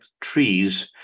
trees